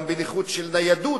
גם בנכות של ניידות,